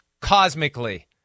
Cosmically